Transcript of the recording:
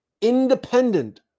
independent